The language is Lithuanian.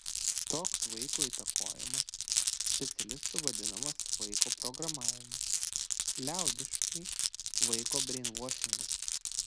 toks vaiko įtakojimas specialistų vadinamas vaiko programavimu liaudiškai vaiko breinvašingu